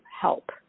help